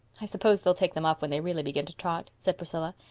i suppose they'll take them off when they really begin to trot, said priscilla,